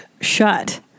shut